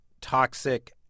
toxic